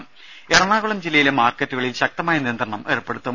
രുമ എറണാകുളം ജില്ലയിലെ മാർക്കറ്റുകളിൽ ശക്തമായ നിയന്ത്രണം ഏർപ്പെടുത്തും